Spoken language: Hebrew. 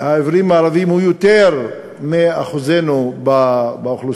העיוורים הערבים גבוה מאחוזנו באוכלוסייה,